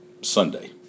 Sunday